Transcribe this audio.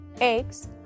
eggs